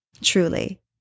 Truly